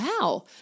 wow